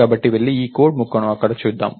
కాబట్టి వెళ్లి ఈ కోడ్ ముక్కను ఇక్కడ చూద్దాం